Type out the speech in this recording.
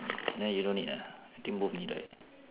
you don't need ah I think both need right